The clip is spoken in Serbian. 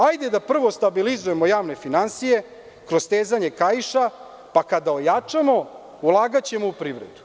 Hajde da prvo stabilizujemo javne finansije kroz stezanje kaiša, pa kada ojačamo, ulagaćemo u privredu.